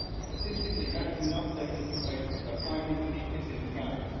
statistically that is enough data for facebook that five hundred people have seen this ad.